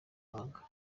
muhanga